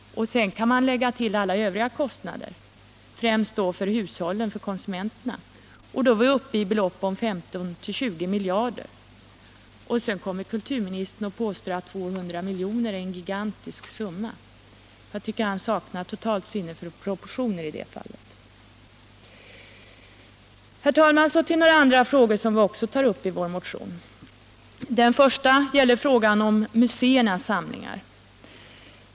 Lägg därtill alla övriga kostnader — främst för hushållen/konsumenterna — så är vi strax uppe i belopp på 15 å 20 miljarder kronor. Och så påstår kulturministern att 200 milj.kr. är en gigantisk summa! Jag tycker att han totalt saknar sinne för proportioner i det här fallet. Herr talman! Så till några andra frågor som vi också tar upp i vår motion. Den första gäller muséernas samlingar.